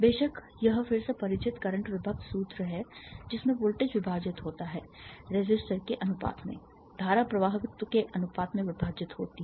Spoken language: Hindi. बेशक यह फिर से परिचित करंट विभक्त सूत्र है जिसमें वोल्टेज विभाजित होता है रेसिस्टर के अनुपात में धारा प्रवाहकत्त्व के अनुपात में विभाजित होती है